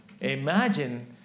Imagine